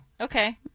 Okay